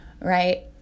right